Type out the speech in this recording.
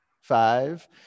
Five